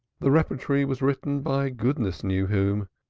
the repertory was written by goodness knew whom,